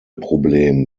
problem